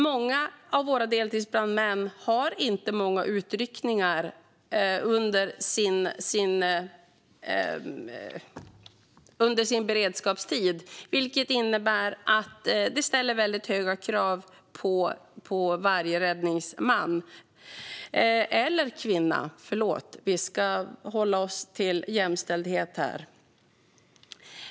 Många av våra deltidsbrandmän har inte så många utryckningar under sin beredskapstid, vilket innebär att det ställs väldigt höga krav på varje räddningsman - eller räddningskvinna. Förlåt, vi ska hålla oss till jämställdhet här!